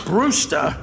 Brewster